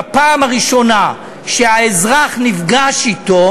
בפעם הראשונה שהאזרח נפגש אתו,